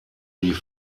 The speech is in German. die